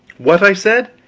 what! i said,